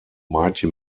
mighty